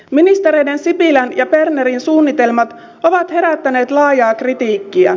ministereiden sipilä ja berner suunnitelmat ovat herättäneet laajaa kritiikkiä